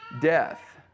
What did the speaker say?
death